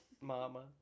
Mama